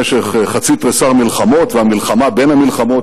במשך חצי תריסר מלחמות והמלחמה בין המלחמות,